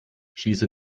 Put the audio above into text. schließe